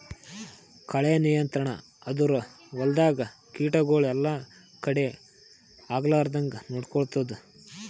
ಕಳೆ ನಿಯಂತ್ರಣ ಅಂದುರ್ ಹೊಲ್ದಾಗ ಕೀಟಗೊಳ್ ಎಲ್ಲಾ ಕಡಿ ಆಗ್ಲಾರ್ದಂಗ್ ನೊಡ್ಕೊತ್ತುದ್